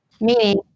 meaning